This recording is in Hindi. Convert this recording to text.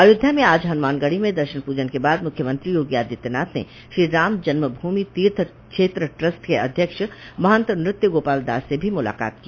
अयोध्या में आज हनुमान गढ़ी में दर्शन पूजन के बाद मुख्यमंत्री योगी आदित्यनाथ ने श्री राम जन्म भूमि तीर्थ क्षेत्र ट्रस्ट के अध्यक्ष महंत नृत्य गोपाल दास से भी मुलाकात की